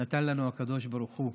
נתן לנו הקדוש ברוך הוא,